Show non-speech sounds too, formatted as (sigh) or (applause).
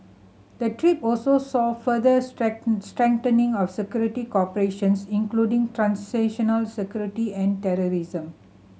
the trip also saw further (unintelligible) strengthening of security cooperation (unintelligible) including transnational security and terrorism